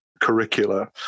curricula